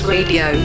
Radio